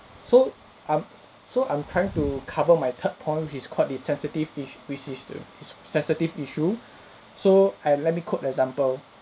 so I'm so I'm trying to cover my third point which is quite this sensitive ish~ which is to sensitive issue so I let me quote the example